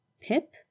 Pip